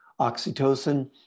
oxytocin